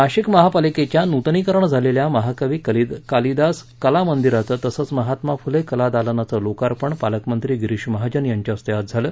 नाशिक महापालिकेच्या नुतनीकरण झालेल्या महाकवी कलिदास कला मंदिराचं तसंच महात्मा फुले कलादालनाचं लोर्कापण पालकमंत्री गिरीश महाजन यांच्या हस्ते आज झालं